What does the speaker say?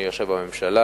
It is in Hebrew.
אני יושב בממשלה,